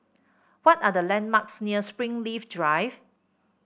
what are the landmarks near Springleaf Drive